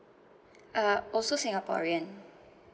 uh also singaporean